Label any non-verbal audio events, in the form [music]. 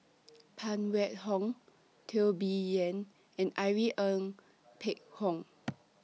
[noise] Phan Wait Hong Teo Bee Yen and Irene Ng [noise] Phek Hoong [noise]